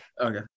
okay